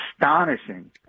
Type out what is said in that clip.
Astonishing